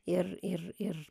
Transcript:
ir ir ir